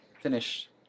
Finish